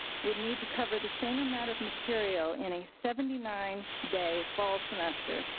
would need to cover the same amount of material in a seventy nine day fall semester,